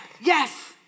yes